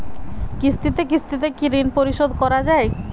কিস্তিতে কিস্তিতে কি ঋণ পরিশোধ করা য়ায়?